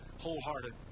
wholehearted